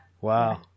Wow